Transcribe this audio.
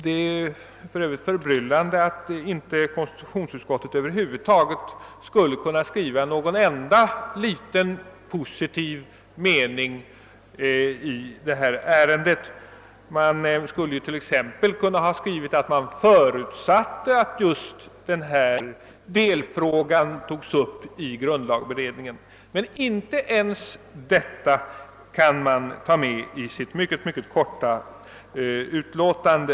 Det är förbryllande att utskottet över huvud taget inte kunnat skriva en enda positiv mening i detta ärende. Utskottet skulle ju t.ex. ha kunnat skriva att utskottet förutsätter att denna delfråga tages upp i grundlagberedningen, men inte ens det har utskottet tagit med i sitt mycket korta utlåtande.